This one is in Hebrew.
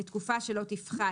לתקופה שלא תפחת"